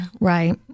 Right